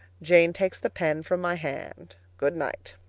jane takes the pen from my hand. good night.